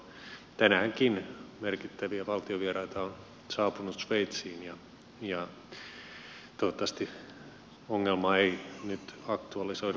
tänäänkin merkittäviä valtiovieraita on saapunut sveitsiin ja toivottavasti ongelma ei nyt aktualisoidu